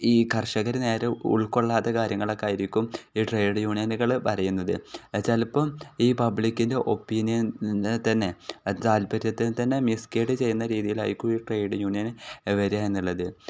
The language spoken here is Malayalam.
ഈ കർഷകർ നേരെ ഉൾക്കൊള്ളാത്ത കാര്യങ്ങളൊക്കെ ആയിരിക്കും ഈ ട്രേഡ് യൂണിയനുകൾ പറയുന്നത് ചിലപ്പം ഈ പബ്ലിക്കിൻ്റെ ഒപ്പീനിയൻ തന്നെ താല്പര്യത്തിൽ തന്നെ മിസ്ഗൈഡ് ചെയ്യുന്ന രീതിയിലായിരിക്കും ഈ ട്രേഡ് യൂണിയൻ വരിക എന്നുള്ളത്